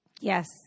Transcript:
Yes